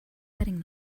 wedding